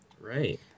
Right